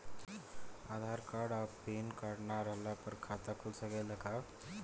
आधार card आ PAN card ना रहला पर खाता खुल सकेला का?